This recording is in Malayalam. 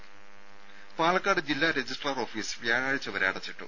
രും പാലക്കാട് ജില്ലാ രജിസ്ട്രാർ ഓഫീസ് വ്യാഴാഴ്ച വരെ അടച്ചിട്ടു